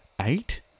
eight